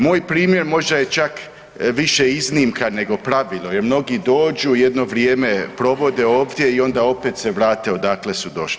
Moj primjer možda je čak više iznimka nego pravilo jer mnogi dođu jedno vrijeme provode ovdje i onda opet se vrate odakle su došli.